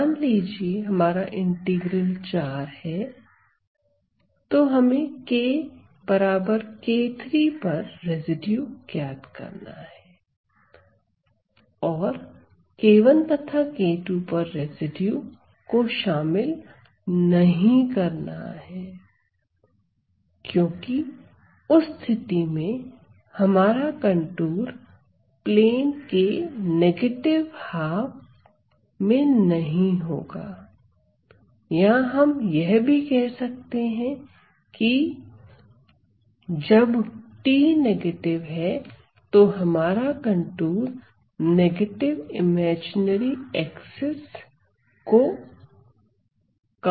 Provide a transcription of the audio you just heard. मान लीजिए हमारा इंटीग्रल है तो हमें kk3 पर रेसिड्यू ज्ञात करना है और k1 तथा k2 पर रेसिड्यू को शामिल नहीं करना है क्योंकि उस स्थिति में हमारा कंटूर प्लेन के नेगेटिव हाफ नहीं होगा या हम यह भी कह सकते हैं की जब t नेगेटिव है तो हमारा contour negative imaginary axis cover कवर करेगा